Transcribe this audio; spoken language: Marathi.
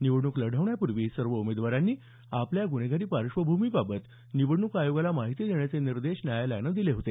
निवडणूक लढवण्यापूर्वी सर्व उमेदवारांनी आपल्या गुन्हेगारी पार्श्वभूमीबाबत निवडणूक आयोगाला माहिती देण्याचे निर्देश न्यायालयानं दिले होते